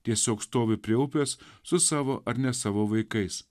tiesiog stovi prie upės su savo ar ne savo vaikais